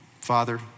Father